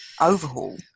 overhaul